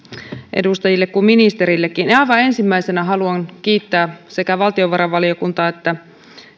edustajille kuin ministerillekin aivan ensimmäisenä haluan kiittää sekä valtiovarainvaliokuntaa että